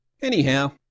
Anyhow